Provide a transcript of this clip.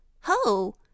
Ho